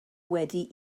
wedi